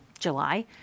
July